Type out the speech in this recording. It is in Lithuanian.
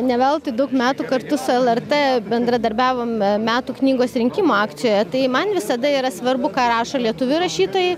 ne veltui daug metų kartu su lrt bendradarbiavom metų knygos rinkimų akcijoje tai man visada yra svarbu ką rašo lietuvių rašytojai